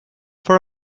for